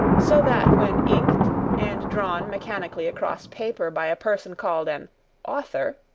so that when inked and drawn mechanically across paper by a person called an author,